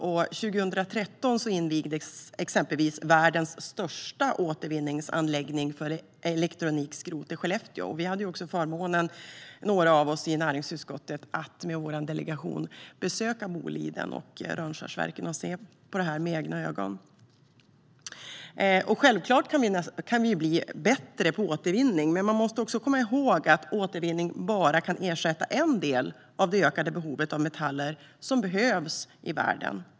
År 2013 invigdes exempelvis världens största återvinningsanläggning för elektronikskrot i Skellefteå, och några av oss i näringsutskottet hade också förmånen att med vår delegation besöka Boliden och Rönnskärsverken och se på det här med egna ögon. Självklart kan vi bli bättre på återvinning, men man måste också komma ihåg att återvinning bara kan ersätta en del av det ökande behovet av metaller som behövs i världen.